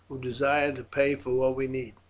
who desire to pay for what we need.